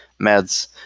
meds